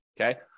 okay